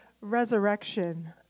resurrection